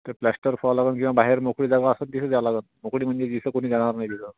plaster खोवा लागेल किंवा बाहेर मोकळी जागा असं तिथे द्यायाला लागण मोकळी म्हणजे जिथे कोणी जाणार नाही तिथं